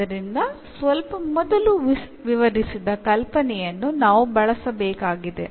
ಆದ್ದರಿಂದ ಸ್ವಲ್ಪ ಮೊದಲು ವಿವರಿಸಿದ ಕಲ್ಪನೆಯನ್ನು ನಾವು ಬಳಸಬೇಕಾಗಿದೆ